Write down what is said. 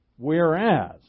Whereas